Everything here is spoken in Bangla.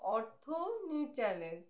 অর্থ নিউ চ্যালেঞ্জ